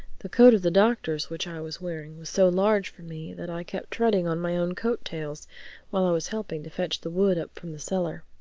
the coat of the doctor's which i was wearing was so large for me that i kept treading on my own coat-tails while i was helping to fetch the wood up from the cellar.